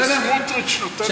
שלא תהיה אי-הבנה.